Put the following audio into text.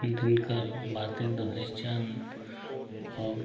दिनकर भारतेंदु हरिश्चंद्र और